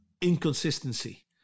inconsistency